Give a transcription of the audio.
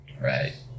Right